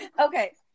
Okay